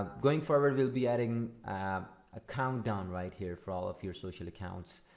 going forward we'll be adding um a countdown right here for all of your social accounts